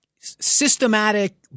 systematic